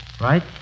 right